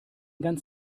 ganz